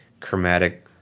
chromatic